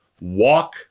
Walk